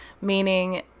meaning